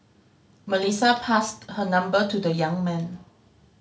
Melissa passed her number to the young man